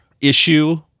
issue